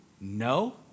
no